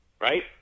right